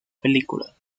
película